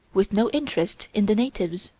with no interest in the natives?